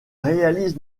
réalise